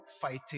fighting